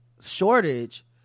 shortage